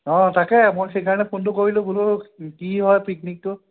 অঁ তাকে মই সেইকাৰণে ফোনটো কৰিলোঁ বোলো কি কি হয় পিকনিকটো